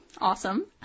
Awesome